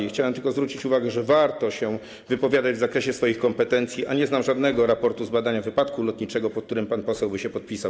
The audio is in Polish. to chciałem tylko zwrócić uwagę, że warto się wypowiadać w zakresie swoich kompetencji, a nie znam żadnego raportu z badania wypadku lotniczego, pod którym pan poseł by się podpisał.